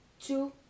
two